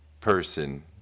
person